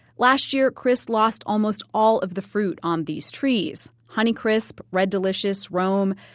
last year, crist lost almost all of the fruit on these trees honey crisps, red delicious, romes.